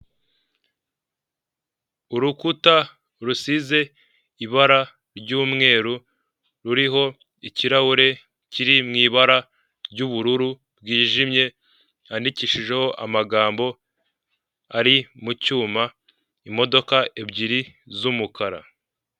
Urukuta rusize ibara ry'umweru ruriho ikirahure kiri mu ibara ry'ubururu bwijimye yandikishijeho amagambo ari mu cyuma, imodoka ebyiri z'umukara.